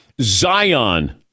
Zion